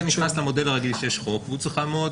זה נכנס למודל הרגיל שיש חוק והוא צריך לעמוד